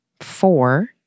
four